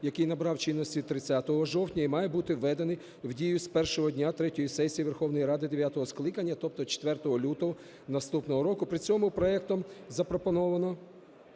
який набрав чинності 30 жовтня і має бути введений в дію з першого дня третьої сесії Верховної Ради дев'ятого скликання, тобто 4 лютого наступного року. При цьому проектом запропоновано